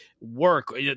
work